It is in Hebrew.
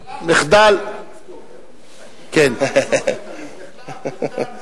מֶחלף, כך זוכרים.